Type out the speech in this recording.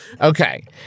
okay